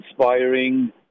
inspiring